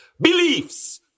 beliefs